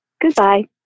Goodbye